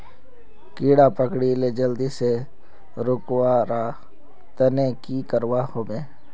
कीड़ा पकरिले जल्दी से रुकवा र तने की करवा होबे?